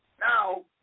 Now